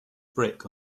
brick